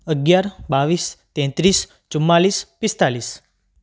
અગિયાર બાવીસ તેંત્રીસ ચુમ્માલીસ પિસ્તાલીસ